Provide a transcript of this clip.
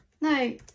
no